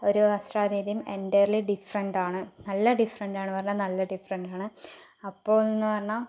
ഒരു വസ്ത്രരീതീയും entirely different ആണ് നല്ല ഡിഫറെൻറ് ആണ് പറഞ്ഞാൽ നല്ല ഡിഫറെൻറ് ആണ് അപ്പോൾ എന്ന് പറഞ്ഞാൽ